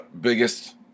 biggest